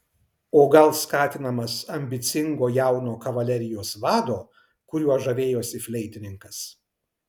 o gal skatinamas ambicingo jauno kavalerijos vado kuriuo žavėjosi fleitininkas